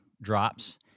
drops